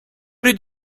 did